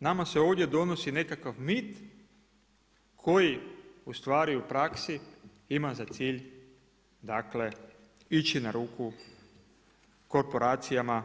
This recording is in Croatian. Nama se ovdje donosi nekakav mit, koji u stvari u praksi ima za cilj dakle, ići na ruku, korporacijama